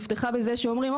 נפתחה בזה שאומרים,